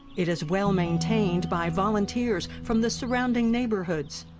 it is well-maintained by volunteers from the surrounding neighborhoods.